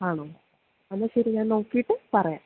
ആണോ എന്നാൽ ശരി ഞാൻ നോക്കിയിട്ട് പറയാം